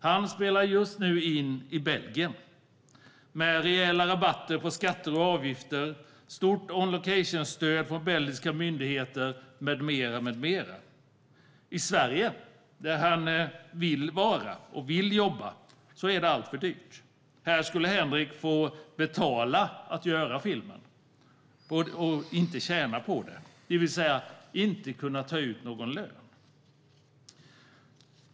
Han spelar just nu in i Belgien med rejäla rabatter på skatter och avgifter, stort on location-stöd från belgiska myndigheter med mera. I Sverige, där han vill vara och vill jobba, är det alltför dyrt. Här skulle Henrik få betala för att göra filmen och inte tjäna på den, det vill säga inte kunna ta ut någon lön.